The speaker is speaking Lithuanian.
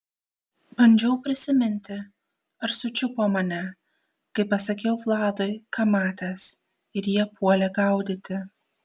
bandžiau prisiminti ar sučiupo mane kai pasakiau vladui ką matęs ir jie puolė gaudyti